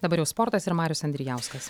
dabar jau sportas ir marius andrijauskas